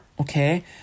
okay